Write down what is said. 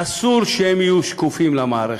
אסור שהן יהיו שקופות למערכת.